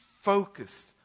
focused